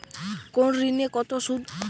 কোন ঋণে কত সুদ?